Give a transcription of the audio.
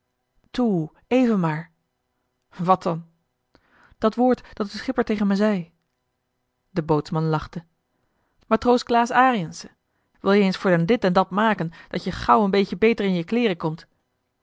even maar wat dan dat woord dat de schipper tegen me zei de bootsman lachtte matroos klaas ariensze wil-je eens voor den dit en dat maken dat je gauw een beetje beter in je kleeren komt